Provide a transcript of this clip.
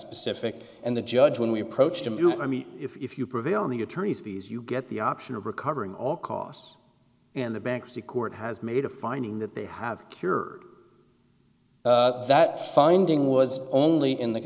specific and the judge when we approached him do it i mean if you prevail on the attorney's fees you get the option of recovering all costs and the bankruptcy court has made a finding that they have cured that finding was only in the